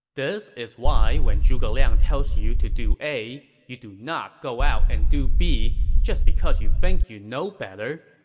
this is why when zhuge liang tells you to do a, you do not go out and do b just because you think you know better.